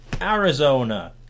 Arizona